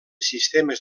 sistemes